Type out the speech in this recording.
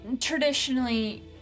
Traditionally